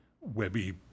webby